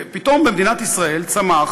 ופתאום במדינת ישראל צמח